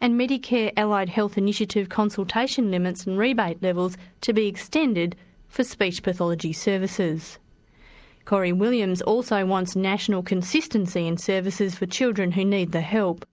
and medicare allied health initiative consultation limits and rebate levels to be extended for speech pathology services. dr cori williams also wants national consistency in services for children who need the help.